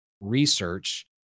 research